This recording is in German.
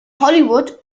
hollywood